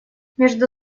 между